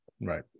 right